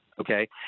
okay